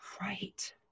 right